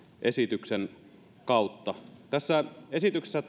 esityksen kautta tässä esityksessä